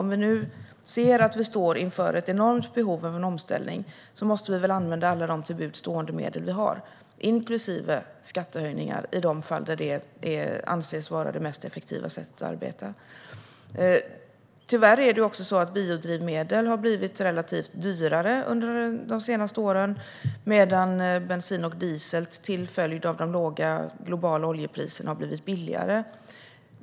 Om vi nu ser att vi står inför ett enormt behov av en omställning måste vi väl använda alla de till buds stående medel vi har, inklusive skattehöjningar i de fall där det anses vara det effektivaste sättet att arbeta. Tyvärr har biodrivmedel blivit dyrare under de senaste åren, medan bensin och diesel till följd av de låga globala oljepriserna har blivit billigare.